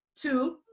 Two